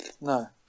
No